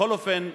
בכל אופן,